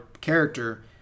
character